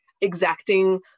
exacting